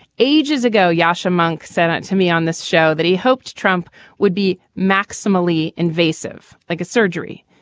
ages ago, yasha monk sent to me on this show that he hoped trump would be maximally invasive like a surgery.